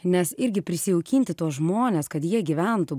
nes irgi prisijaukinti tuos žmones kad jie gyventų